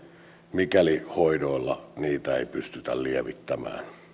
mikäli hoidoilla niitä ei pystytä lievittämään